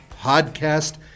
podcast